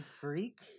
freak